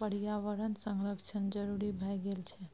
पर्यावरण संरक्षण जरुरी भए गेल छै